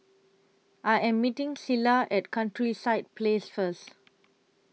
I Am meeting Cilla At Countryside Place First